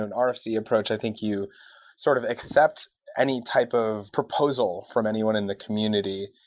an ah rfc approach, i think you sort of accept any type of proposal from anyone in the community.